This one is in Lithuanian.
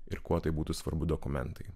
ir kuo tai būtų svarbu dokumentai